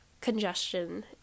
congestion